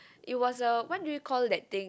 it was a what do you call that thing